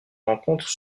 rencontre